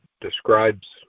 describes